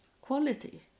quality